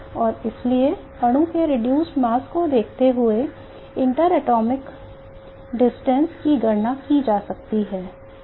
और इसलिए अणु के reduced mass को देखते हुए अंतर परमाणु दूरी की गणना की जा सकती है